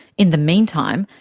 in the meantime,